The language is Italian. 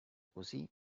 così